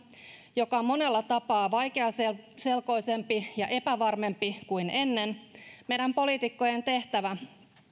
joka on monella tapaa vaikeaselkoisempi ja epävarmempi kuin ennen meidän poliitikkojen tehtävä